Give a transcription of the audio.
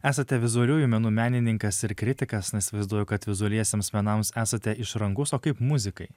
esate vizualiųjų menų menininkas ir kritikas na įsivaizduoju kad vizualiesiems menams esate išrankus o kaip muzikai